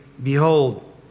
Behold